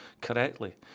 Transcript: correctly